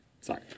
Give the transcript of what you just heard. Sorry